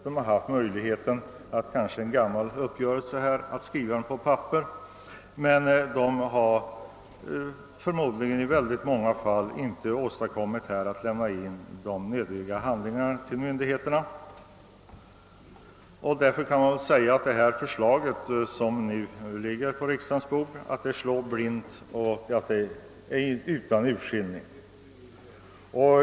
De har haft möjlighet att i fråga om en gammal uppgörelse skriva erforderlig köpehandling, men de har förmodligen i många fall inte kommit sig för att inlämna nödiga handlingar till myndigheterna. Därför kan man väl säga att det förslag som nu ligger på riksdagens bord slår blint och utan urskillning.